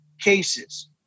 cases